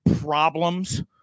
problems